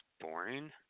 boring